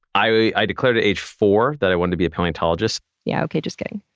i i declared at age four that i wanted to be a paleontologist. yeah, okay. just kidding.